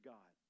God